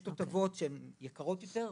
יש תותבות שהן יקרות יותר,